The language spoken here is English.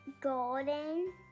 Golden